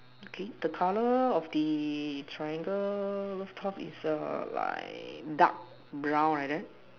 okay the color of the triangle rooftop is a like dark brown like that